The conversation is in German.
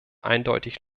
eindeutig